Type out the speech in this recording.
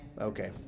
Okay